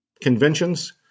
conventions